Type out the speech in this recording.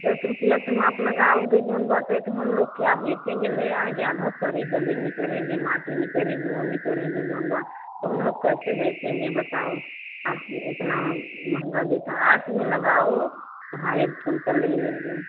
दस रुपये तो आप लगाओगे जोन बटे तो हम लोग क्या बेचेंगे ले आएँगे आधा सड़े गले निकलेंगे माटी निकलेगी वो निकलेंगे जो बा तो हम लोग कैसे बेचेंगे बताओ आप इतना महंगा देता आठ में लगाओ हाँ एक कुंटल ले लेंगे